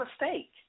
mistake